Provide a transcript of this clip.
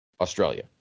Australia